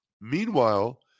Meanwhile